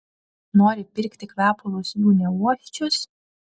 nori pirkti kvepalus jų neuosčius